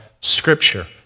Scripture